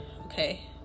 Okay